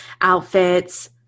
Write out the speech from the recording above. outfits